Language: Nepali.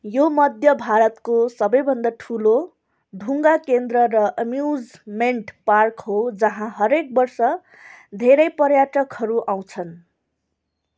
यो मध्य भारतको सबैभन्दा ठुलो डुङ्गा केन्द्र र एम्युजमेन्ट पार्क हो जहाँ हरेक वर्ष धेरै पर्यटकहरू आउँछन्